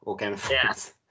Yes